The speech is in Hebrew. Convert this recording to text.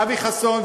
אבי חסון,